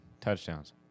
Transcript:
touchdowns